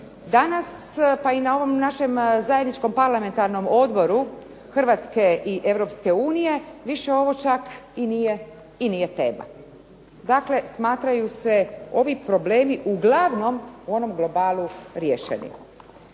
Danas pa i na ovom našem zajedničkom parlamentarnom odboru Hrvatske i Europske unije više ovo čak i nije tema. Dakle, smatraju se ovi problemi uglavnom u onom globalu riješeni.